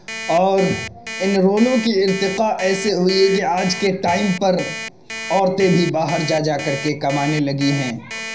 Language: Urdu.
اور ان رولوں کی ارتقاء ایسے ہوئی ہے کہ آج کے ٹائم پر عورتیں بھی باہر جا جا کر کے کمانے لگی ہیں